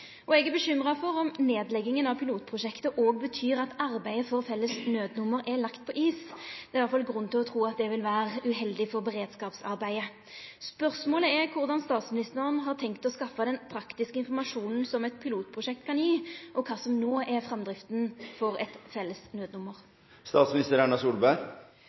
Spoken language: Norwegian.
Eg er bekymra for om nedlegginga av pilotprosjektet òg vil bety at arbeidet for å få eit felles nødnummer er lagt på is. Det er grunn til å tru at det vil vera uheldig for beredskapsarbeidet. Spørsmålet er: Korleis har statsministeren tenkt å skaffa den praktiske informasjonen som eit pilotprosjekt kan gje, og kva er framdrifta for eit